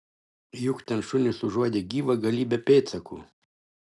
juk ten šunys užuodė gyvą galybę pėdsakų